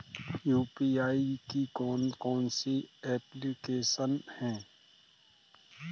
UPI की कौन कौन सी एप्लिकेशन हैं?